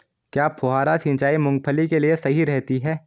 क्या फुहारा सिंचाई मूंगफली के लिए सही रहती है?